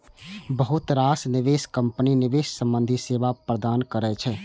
बहुत रास निवेश कंपनी निवेश संबंधी सेवा प्रदान करै छै